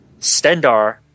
Stendar